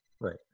Right